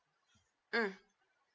mm